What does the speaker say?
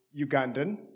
Ugandan